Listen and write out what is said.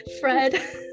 Fred